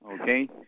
Okay